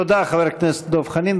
תודה, חבר הכנסת דב חנין.